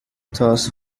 thirst